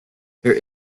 there